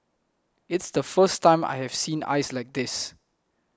it's the first time I have seen ice like this